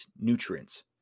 nutrients